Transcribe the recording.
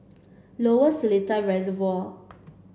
Lower Seletar Reservoir